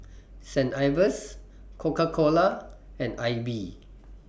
Saint Ives Coca Cola and AIBI